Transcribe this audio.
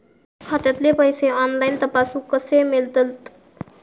खात्यातले पैसे ऑनलाइन तपासुक कशे मेलतत?